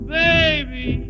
baby